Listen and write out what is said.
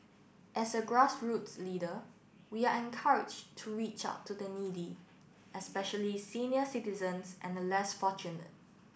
as a grassroots leader we are encourage to reach out to the needy especially senior citizens and the less fortunate